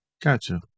Gotcha